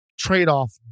Trade-off